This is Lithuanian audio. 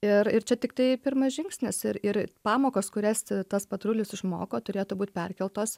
ir ir čia tiktai pirmas žingsnis ir ir pamokos kurias tas patrulis išmoko turėtų būt perkeltos